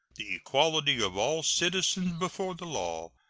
the equality of all citizens before the law,